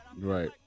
Right